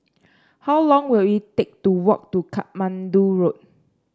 how long will it take to walk to Katmandu Road